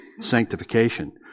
sanctification